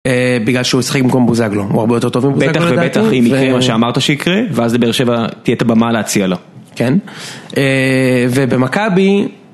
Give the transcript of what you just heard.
בגלל שהוא ישחק במקום בוזגלו, הוא הרבה יותר טוב מבוזגלו לדעתי. בטח ובטח, אם יקרה מה שאמרת שיקרה, ואז לבאר שבע תהיה את הבמה להציע לו. ובמכבי...